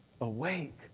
awake